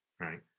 right